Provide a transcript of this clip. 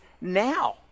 now